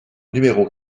numéro